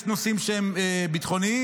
יש נושאים שהם ביטחוניים?